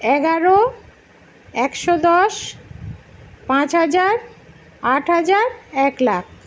এগারো একশো দশ পাঁচ হাজার আট হাজার এক লাখ